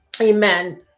Amen